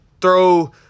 throw